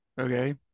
okay